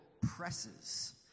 presses